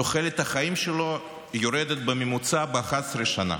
תוחלת החיים שלו יורדת בממוצע ב-11 שנה.